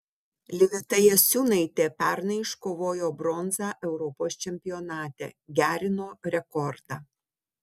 liveta jasiūnaitė pernai iškovojo bronzą europos čempionate gerino rekordą